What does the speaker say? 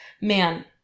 man